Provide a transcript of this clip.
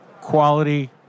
quality